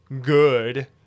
good